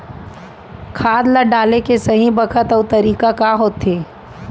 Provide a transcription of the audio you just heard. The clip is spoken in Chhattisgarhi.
खाद ल डाले के सही बखत अऊ तरीका का होथे?